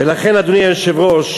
ולכן, אדוני היושב-ראש,